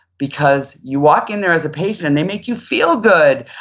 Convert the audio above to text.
because you walk in there as a patient and they may you feel good.